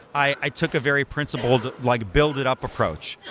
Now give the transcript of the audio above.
i i took a very principled, like build it up approach,